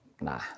Nah